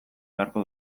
beharko